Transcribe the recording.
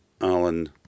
Alan